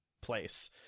place